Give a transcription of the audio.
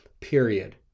period